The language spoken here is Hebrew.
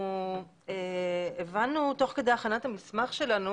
אנחנו הבנו תוך כדי הבנת המסמך שלנו,